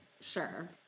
Sure